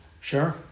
Sure